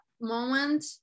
moment